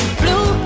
blue